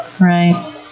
Right